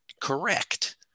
correct